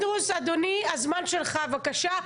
אדוני, הזמן שלך, בבקשה.